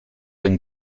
been